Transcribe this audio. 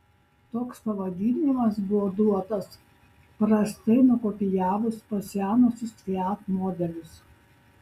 toks pavadinimas buvo duotas prastai nukopijavus pasenusius fiat modelius